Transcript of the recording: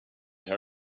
her